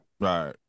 Right